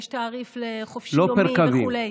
יש תעריף לחופשי-יומי וכו'.